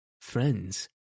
Friends